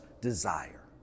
desire